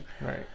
Right